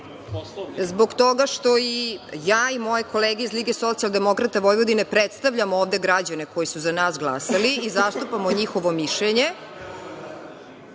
zbog toga što i ja i moje kolege iz Lige socijaldemokrata Vojvodine predstavljamo ovde građane koji su za nas glasali i zastupamo njihovo mišljenje